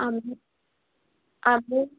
ଆମେ ଆମେ